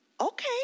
Okay